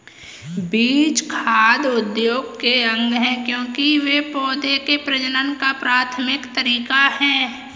बीज खाद्य उद्योग के अंग है, क्योंकि वे पौधों के प्रजनन का प्राथमिक तरीका है